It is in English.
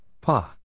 Pa